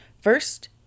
first